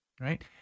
right